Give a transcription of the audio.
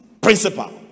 principle